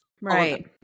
Right